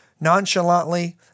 nonchalantly